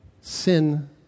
Sin